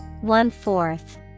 One-fourth